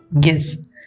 Yes